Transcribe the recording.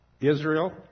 Israel